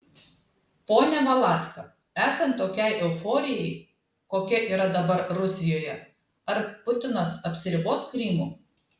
pone valatka esant tokiai euforijai kokia yra dabar rusijoje ar putinas apsiribos krymu